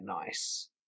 nice